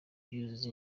yuzuza